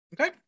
okay